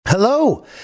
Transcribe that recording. Hello